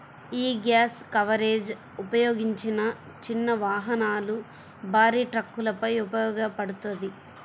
యీ gap coverage ఉపయోగించిన చిన్న వాహనాలు, భారీ ట్రక్కులపై ఉపయోగించబడతది